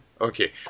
Okay